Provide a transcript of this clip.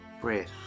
breath